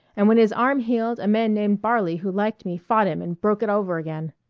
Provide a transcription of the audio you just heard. and when his arm healed a man named barley who liked me fought him and broke it over again.